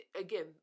again